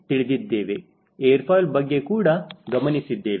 air foil ಬಗ್ಗೆ ಕೂಡ ಗಮನಿಸಿದ್ದೇವೆ